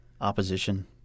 opposition